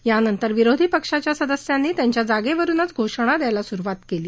यानंतर विरोधी पक्षाच्या सदस्यांनी त्यांच्या जागेवरूनच घोषणा द्यायला सुरुवात केली